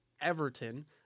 Everton